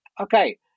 okay